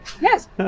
yes